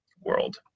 world